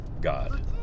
God